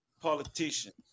politicians